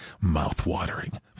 Mouth-watering